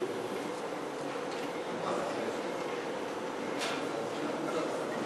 הודעה למזכירת הכנסת.